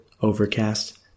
Overcast